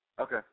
Okay